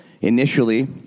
initially